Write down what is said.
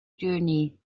journey